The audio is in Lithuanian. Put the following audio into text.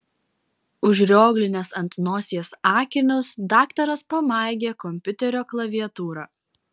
užrioglinęs ant nosies akinius daktaras pamaigė kompiuterio klaviatūrą